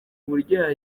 uburyo